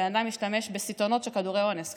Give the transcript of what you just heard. הבן אדם השתמש בכדורי אונס בסיטונות.